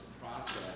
process